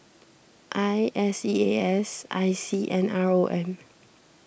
I S E A S I C and R O M